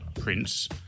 Prince